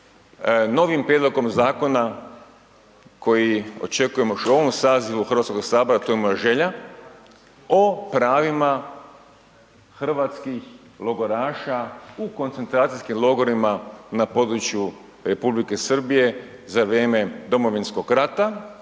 novim prijedlogom zakona koji očekujemo još u ovom sazivu HS, a to je moja želja, o pravima hrvatskih logoraša u koncentracijskim logorima na području Republike Srbije za vrijeme Domovinskog rata,